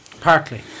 Partly